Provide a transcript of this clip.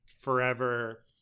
forever